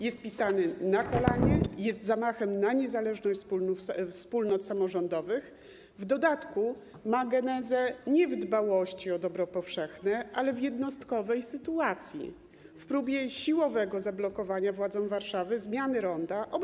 Jest pisany na kolanie, jest zamachem na niezależność wspólnot samorządowych, w dodatku ma genezę nie w dbałości o dobro powszechne, ale w jednostkowej sytuacji, w próbie siłowego zablokowania władzom Warszawy zmiany nazwy ronda.